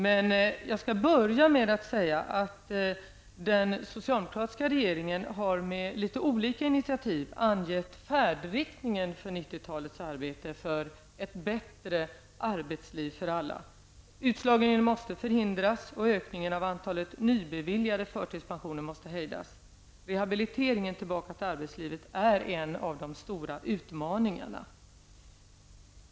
Till att börja med vill jag säga att den socialdemokratiska regeringen med litet olika initiativ har angett färdriktningen för 90 talets arbete för ett bättre arbetsliv för alla. Utslagningen måste förhindras och ökningarna av antalet nybeviljade förtidspensioner måste hejdas. Rehabiliteringen tillbaka till arbetslivet är en av de stora utmaningarna.